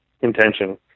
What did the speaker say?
intention